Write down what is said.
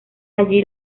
allí